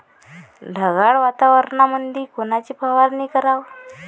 ढगाळ वातावरणामंदी कोनची फवारनी कराव?